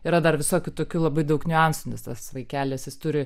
yra dar visokių tokių labai daug niuansų nes tas vaikelis jis turi